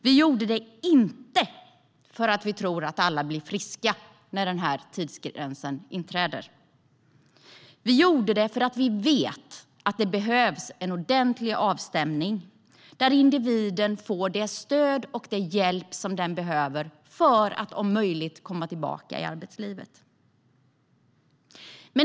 Vi gjorde det inte för att vi tror att alla blir friska när tidsgränsen inträder. Vi gjorde det för att vi vet att det behövs en ordentlig avstämning där individen får det stöd och den hjälp den behöver för att om möjligt komma tillbaka till arbetslivet.